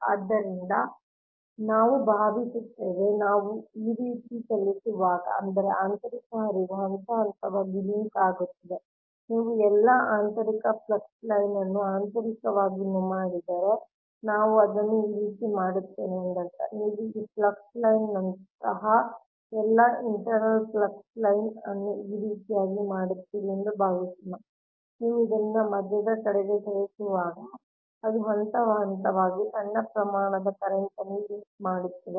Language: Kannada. ಆದ್ದರಿಂದ ನಾವು ಭಾವಿಸುತ್ತೇವೆ ನಾವು ಈ ರೀತಿ ಚಲಿಸುವಾಗ ಅಂದರೆ ಆಂತರಿಕ ಹರಿವು ಹಂತಹಂತವಾಗಿ ಲಿಂಕ್ ಆಗುತ್ತದೆ ನೀವು ಎಲ್ಲಾ ಆಂತರಿಕ ಫ್ಲಕ್ಸ್ ಲೈನ್ ಅನ್ನು ಆಂತರಿಕವಾಗಿ ಮಾಡಿದರೆ ನಾನು ಅದನ್ನು ಈ ರೀತಿ ಮಾಡುತ್ತೇನೆ ಎಂದರ್ಥ ನೀವು ಈ ಫ್ಲಕ್ಸ್ ಲೈನ್ ನಂತಹ ಎಲ್ಲಾ ಇಂಟರ್ನ್ಲ್ ಫ್ಲಕ್ಸ್ ಲೈನ್ ಅನ್ನು ಈ ರೀತಿಯಾಗಿ ಮಾಡುತ್ತೀರಿ ಎಂದು ಭಾವಿಸೋಣ ನೀವು ಇದರಿಂದ ಮಧ್ಯದ ಕಡೆಗೆ ಚಲಿಸುವಾಗ ಅದು ಹಂತಹಂತವಾಗಿ ಸಣ್ಣ ಪ್ರಮಾಣದ ಕರೆಂಟ್ನ್ನು ಲಿಂಕ್ ಮಾಡುತ್ತದೆ